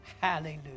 Hallelujah